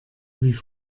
wie